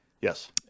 Yes